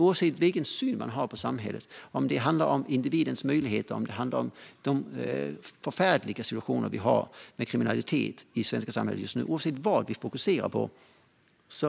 Oavsett vilken syn man har på samhället och oavsett vad vi fokuserar på - om det handlar om individens möjligheter eller om det handlar om den förfärliga situation vi har med kriminalitet i det svenska samhället just nu